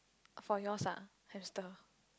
for yours ah hamster